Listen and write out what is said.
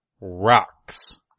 rocks